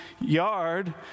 yard